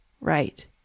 right